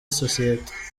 sosiyete